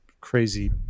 crazy –